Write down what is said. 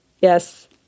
Yes